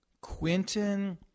Quinton